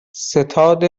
ستاد